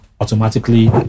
automatically